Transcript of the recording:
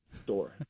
store